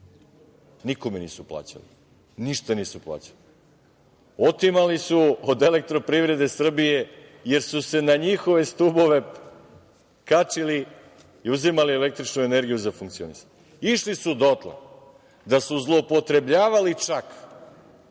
Nikome nisu plaćali. Ništa nisu plaćali. Otimali su od „Elektroprivrede Srbije“, jer su se na njihove stubove kačili i uzimali električnu energiju za funkcionisanje. Išli su dotle da su zloupotrebljavali čak